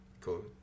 cool